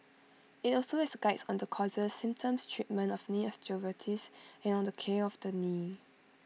IT also has Guides on the causes symptoms treatment of knee osteoarthritis and on the care of the knee